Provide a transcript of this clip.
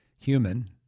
human